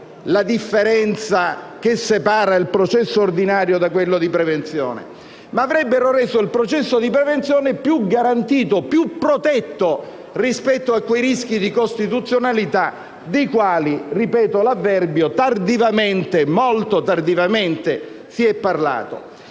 la differenza che separa il processo ordinario da quello di prevenzione, ma avrebbero reso il processo di prevenzione più garantito, più protetto rispetto a quei rischi di costituzionalità dei quali - ripeto l'avverbio - tardivamente, molto tardivamente si è parlato.